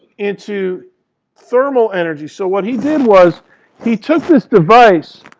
into thermal energy. so what he did was he took this device,